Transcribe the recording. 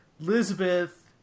Elizabeth